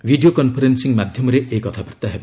video conferencing ମାଧ୍ୟମରେ ଏହି କଥାବାର୍ତ୍ତା ହେବ